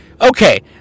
okay